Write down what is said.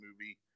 movie